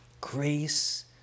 Grace